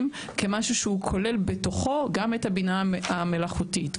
כמשהו שכולל בתוכו גם את הבינה המלאכותית.